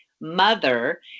mother